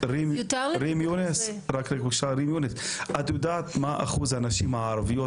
רים יונס, את יודעת מה אחוז הנשים הערביות